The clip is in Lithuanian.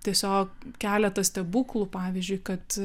tiesiog keletas stebuklų pavyzdžiui kad